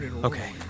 Okay